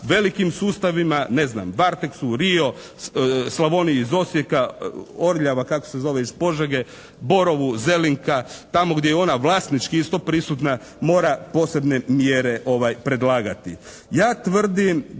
velikim sustavima, ne znam, "Varteksu", "Rio", "Slavoniji" iz Osijeka, "Orljava", kako se zove, iz Požege, "Borovu", "Zelinka", tamo gdje je ona vlasnički isto prisutna mora posebne mjere predlagati. Ja tvrdim